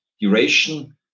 duration